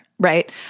Right